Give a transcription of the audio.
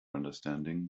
understanding